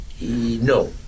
No